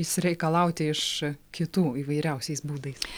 išsireikalauti iš kitų įvairiausiais būdais